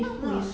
if not